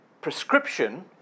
prescription